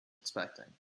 expecting